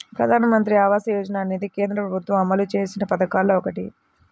ప్రధానమంత్రి ఆవాస యోజన అనేది కేంద్ర ప్రభుత్వం అమలు చేసిన పథకాల్లో ఒకటి